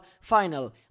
final